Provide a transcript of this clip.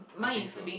I think so